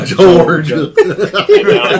Georgia